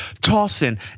tossing